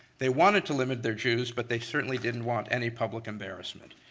they wanted to limit their jews, but they certainly didn't want any public embarrassment.